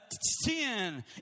Sin